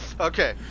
Okay